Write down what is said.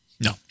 No